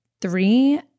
three